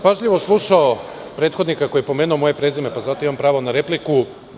Pažljivo sam slušao prethodnika koji je pomenuo moje prezime, pa zato imam pravo na repliku.